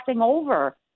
over